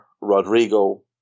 Rodrigo